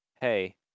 Hey